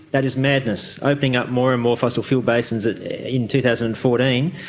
that is madness. opening up more and more fossil fuel basins in two thousand and fourteen,